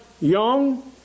young